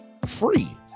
Free